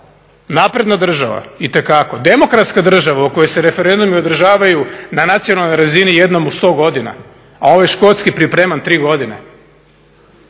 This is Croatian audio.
Napredna država, itekako, demokratska država u kojoj se referendumi održavaju na nacionalnoj razini jednom u 100 godina, a ovaj škotski je pripreman 3 godine.